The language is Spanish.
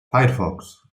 firefox